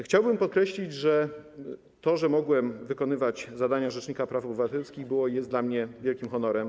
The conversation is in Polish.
Chciałbym podkreślić, że to, że mogłem wykonywać zadania rzecznika praw obywatelskich, było i jest dla mnie wielkim honorem.